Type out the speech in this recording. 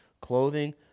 clothing